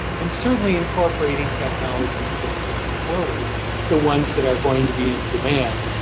and, certainly incorporating technologies as we move forward the ones that are going to be in demand.